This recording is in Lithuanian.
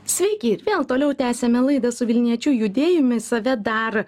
sveiki ir vėl toliau tęsiame laidą su vilniečiu judėjumi save dar